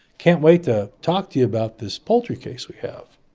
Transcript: can't wait to talk to you about this poultry case we have.